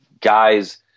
guys